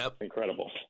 incredible